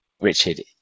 Richard